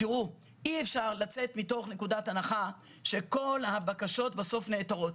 אי אפשר לצאת מנקודת הנחה שכל הבקשות בסוף נעתרות.